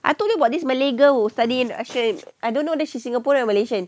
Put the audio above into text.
I told you about this malay girl who studied russian I don't know whether she singaporean or malaysian